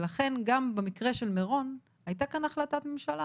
לכן, גם במקרה של מירון, הייתה כאן החלטת ממשלה